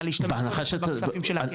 היה להשתמש בכספים של הקרן.